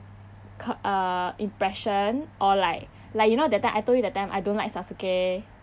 k~ uh impression or like like you know that time I told you that time I don't like sasuke